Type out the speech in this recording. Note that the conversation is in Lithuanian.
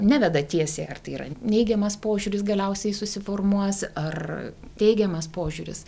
neveda tiesiai ar tai yra neigiamas požiūris galiausiai susiformuos ar teigiamas požiūris